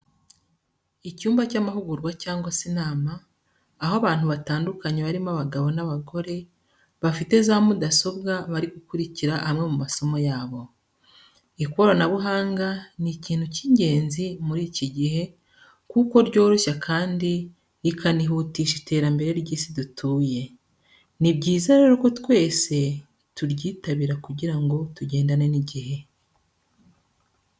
Icyumba cy'amahugurwa cyangwa se inama aho abantu batandukanye barimo abagabo n'abagore, bafite za mudasobwa bari gukurikira amwe mu masomo yabo. Ikoranabuhanga ni ikintu cy'ingenzi muri iki gihe kuko ryoroshya kandi rikanihutisha iterambere ry'isi dutuye. Ni byiza rero ko twese turyitabira kugirango tugendane n'igihe.